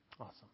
Awesome